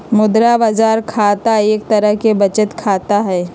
मुद्रा बाजार खाता एक तरह के बचत खाता हई